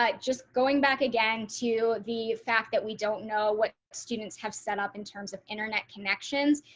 like just going back again to the fact that we don't know what students have set up in terms of internet connections.